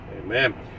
Amen